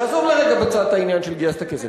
נעזוב לרגע בצד את העניין של גייסת כסף.